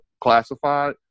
classified